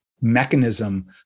mechanism